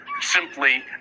Simply